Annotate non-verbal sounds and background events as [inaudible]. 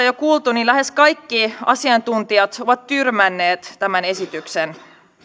[unintelligible] jo kuultu lähes kaikki asiantuntijat ovat tyrmänneet tämän esityksen